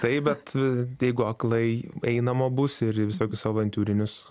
taip bet a jeigu aklai einama bus ir į visokius avantiūrinius